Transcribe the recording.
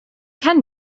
can